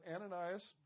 Ananias